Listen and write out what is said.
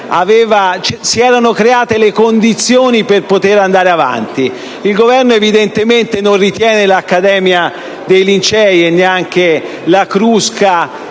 si erano create le condizioni per andare avanti. Il Governo evidentemente non ritiene l'Accademia dei Lincei e neanche quella